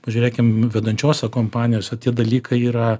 pažiūrėkim vedančiose kompanijose tie dalykai yra